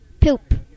poop